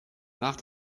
nach